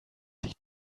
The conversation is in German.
sich